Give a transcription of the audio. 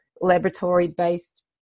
laboratory-based